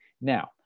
now